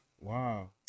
Wow